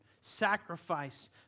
sacrifice